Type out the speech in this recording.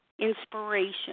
inspiration